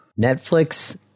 Netflix